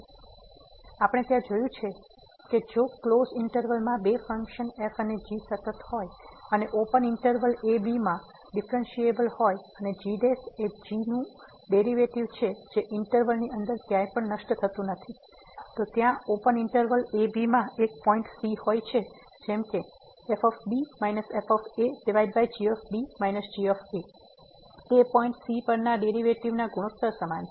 તેથી આપણે ત્યાં જોયું છે કે જો ક્લોઝ ઇન્ટરવલ માં બે ફંક્શન f અને g સતત હોય અને ઓપન ઇન્ટરવલa b માં ડીફ્રેન્સીએબલ હોય અને g એ g નું ડેરીવેટીવ છે જે ઇન્ટરવલ ની અંદર ક્યાંય પણ નષ્ટ થતું નથી તો ત્યાં ઓપન ઇન્ટરવલab માં એક પોઈન્ટ c હોય છે જેમ કે fb f gb g તે પોઈન્ટ c પરના ડેરિવેટિવ્ઝ ના ગુણોત્તર સમાન છે